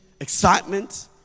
excitement